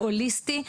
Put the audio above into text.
הוליסטי,